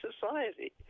society